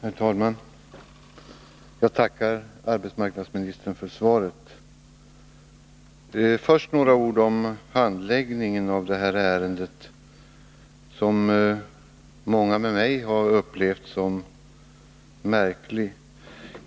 Herr talman! Jag tackar arbetsmarknadsministern för svaret. Först några ord om handläggningen av detta ärende som många med mig har upplevt som märklig.